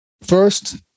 First